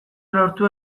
lortu